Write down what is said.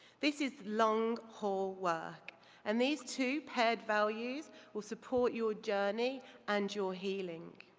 this is long haul work and these two paired values will support your journey and your healing.